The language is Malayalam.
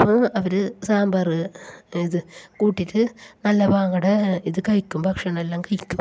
അവർ സാമ്പാർ ഇത് കൂട്ടിയിട്ട് നല്ല പാങ്ങോടെ ഇത് കഴിക്കും ഭക്ഷണമെല്ലാം കഴിക്കും